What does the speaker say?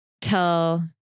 tell